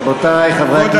רבותי חברי הכנסת,